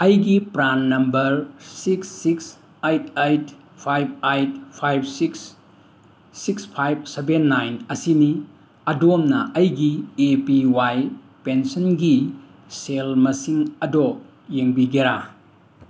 ꯑꯩꯒꯤ PRAN number six six eight eight five eight five six six five seven nine ꯑꯁꯤꯅꯤ ꯑꯗꯣꯝꯅ ꯑꯩꯒꯤ A P Y ꯄꯦꯟꯁꯤꯟꯒꯤ ꯁꯦꯜ ꯃꯁꯤꯡ ꯑꯗꯣ ꯌꯦꯡꯕꯤꯒꯦꯔꯥ